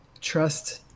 trust